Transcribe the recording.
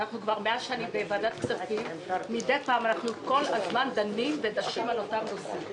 מאז שאני בוועדת כספים מדי פעם אנחנו דנים ודשים באותם הנושאים.